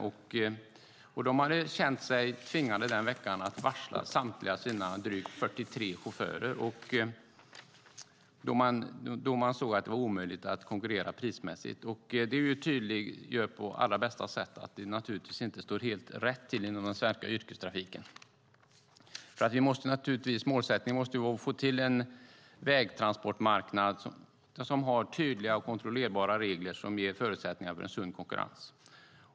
Man hade den veckan känt sig tvingad att varsla samtliga sina 43 chaufförer då man såg att det var omöjligt att konkurrera prismässigt. Det tydliggör på allra bästa sätt att det naturligtvis inte står helt rätt till inom den svenska yrkestrafiken. Målsättningen måste vara att få till en vägtransportmarknad som har tydliga och kontrollerbara regler som ger förutsättningar för en sund konkurrens.